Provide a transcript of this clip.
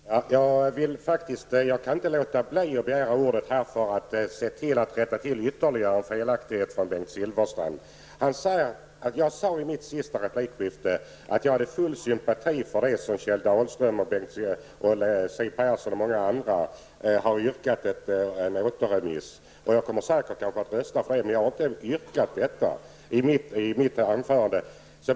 Fru talman! Jag kan faktiskt inte låta bli att begära ordet. Jag vill nämligen rätta till ytterligare felaktigheter från Bengt Silfverstrand. Han säger att jag i det senaste replikskiftet hade sagt att jag hade full sympati för Kjell Dahlstöms, Siw Perssons och andras yrkande om återremiss. Jag kommer kanske säkert att rösta för detta, men jag har inte yrkat detta i mitt anförande.